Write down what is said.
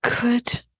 Good